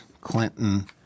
Clinton